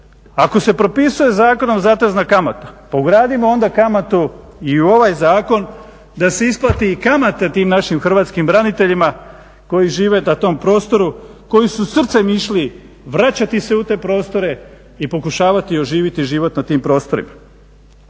ako se propisuje zakonom zatezna kamata pa ugradimo onda kamatu i u ovaj zakon da se isplati i kamata tim našim hrvatskim braniteljima koji žive na tom prostoru, koji su srcem išli vraćati se u te prostore i pokušavati oživiti život na tim prostorima.